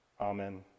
Amen